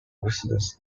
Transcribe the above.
residence